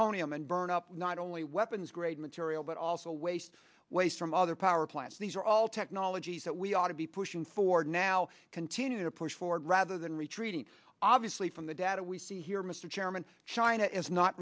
plutonium and burn up not only weapons grade material but also waste waste from other power plants these are all technologies that we ought to be pushing for now continue to push forward rather than retreating obviously from the data we see here mr chairman china is not